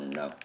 no